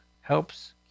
helps